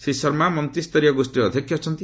ଶ୍ରୀ ଶର୍ମା ମନ୍ତ୍ରୀସ୍ତରୀୟ ଗୋଷ୍ଠୀର ଅଧ୍ୟକ୍ଷ ଅଛନ୍ତି